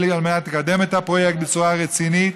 על מנת לקדם את הפרויקט בצורה רצינית.